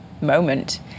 moment